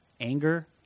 anger